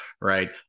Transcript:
right